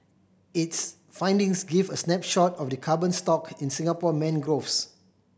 its findings give a snapshot of the carbon stock in Singapore mangroves